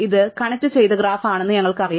ഇത് കണക്റ്റുചെയ്ത ഗ്രാഫ് ആണെന്ന് ഞങ്ങൾക്കറിയാം